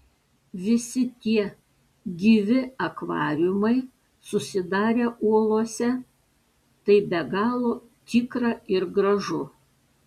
visi tie gyvi akvariumai susidarę uolose tai be galo tikra ir gražu